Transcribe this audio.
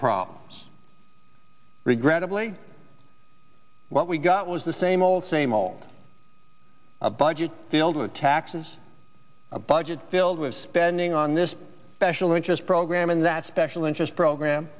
problems regrettably what we got was the same old same old a budget filled with taxes a budget filled with spending on this special interest program in that special interest program